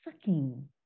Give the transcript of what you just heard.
sucking